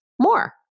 more